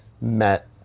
met